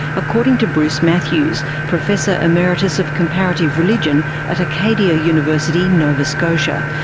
according to bruce matthews, professor emeritus of comparative religion at acadia university, nova scotia,